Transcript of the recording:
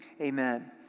amen